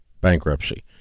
bankruptcy